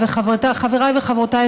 וחבריי וחברותיי,